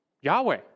Yahweh